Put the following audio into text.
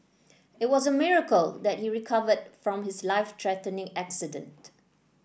it was a miracle that he recovered from his life threatening accident